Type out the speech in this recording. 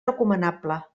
recomanable